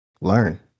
learn